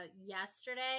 yesterday